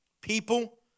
people